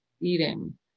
eating